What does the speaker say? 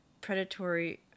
predatory